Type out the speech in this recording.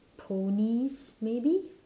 ponies maybe